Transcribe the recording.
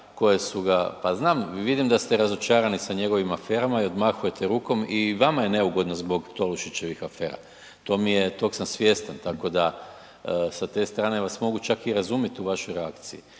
koje su ga, pa znam, vidim da ste razočarani sa njegovim aferama i odmahujete rukom i vama je neugodno zbog Tolušićevih afera, tog sam svjestan tako da sa te strane vas mogu čak i razumjet u vašoj reakciji,